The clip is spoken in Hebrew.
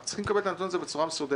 צריכים לקבל את הנתון הזה בצורה מסודרת,